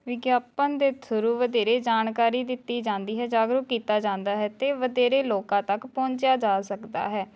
ਵਿਗਿਆਪਨ ਦੇ ਥਰੂ ਵਧੇਰੇ ਜਾਣਕਾਰੀ ਦਿੱਤੀ ਜਾਂਦੀ ਹੈ ਜਾਗਰੂਕ ਕੀਤਾ ਜਾਂਦਾ ਹੈ ਅਤੇ ਵਧੇਰੇ ਲੋਕਾਂ ਤੱਕ ਪਹੁੰਚਿਆ ਜਾ ਸਕਦਾ ਹੈ